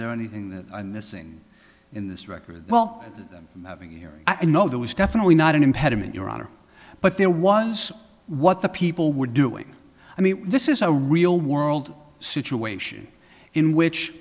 there anything that i'm missing in this record well i'm having here i know there was definitely not an impediment your honor but there was what the people were doing i mean this is a real world situation in which